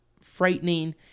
frightening